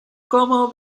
como